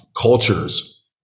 cultures